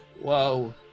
Whoa